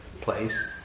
place